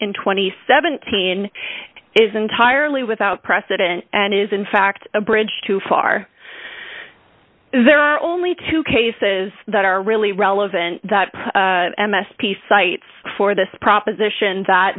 and seventeen is entirely without precedent and is in fact a bridge too far there are only two cases that are really relevant that m s p cites for this proposition that